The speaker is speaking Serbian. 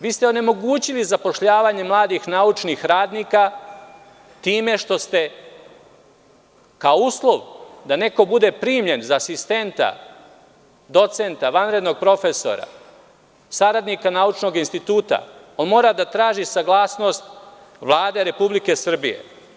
Vi ste onemogućili zapošljavanje mladih naučnih radnika time što ste kao uslov da neko bude primljen za asistenta, docenta, vanrednog profesora, saradnika naučnog instituta, on mora da traži saglasnost Vlade Republike Srbije.